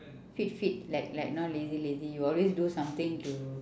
keep fit like like not lazy lazy you will always do something to